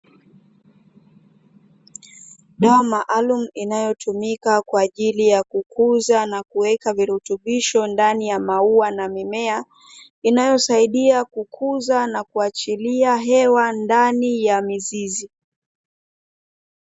Dawa maalumu inayotumika kwa ajili ya kukuza na kuweka virutubisho ndani ya maua na mimea, inayosaidia kukuza na kuachilia hewa ndani ya mizizi.